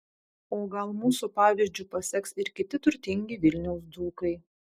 o gal mūsų pavyzdžiu paseks ir kiti turtingi vilniaus dzūkai